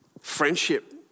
friendship